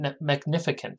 Magnificent